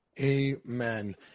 Amen